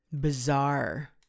bizarre